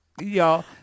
Y'all